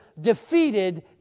defeated